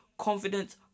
confidence